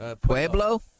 Pueblo